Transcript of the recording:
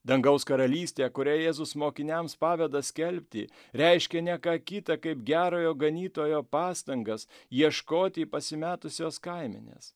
dangaus karalystę kurią jėzus mokiniams paveda skelbti reiškia ne ką kita kaip gerojo ganytojo pastangas ieškoti pasimetusios kaimenės